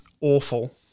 awful